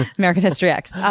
american history x.